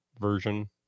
version